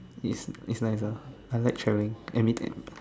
it's it's nice ah I like traveling and meeting